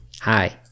Hi